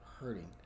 hurting